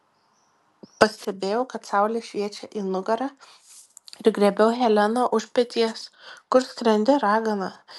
pastebėjau kad saulė šviečia į nugarą ir griebiau heleną už peties kur skrendi ragana